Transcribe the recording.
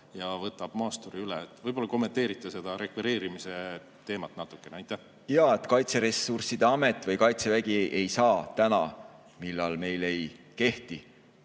ja võtab maasturi üle. Võib-olla kommenteerite seda rekvireerimise teemat natukene. Jah. Kaitseressursside Amet või Kaitsevägi ei saa täna, kui meil ei ole